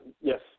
Yes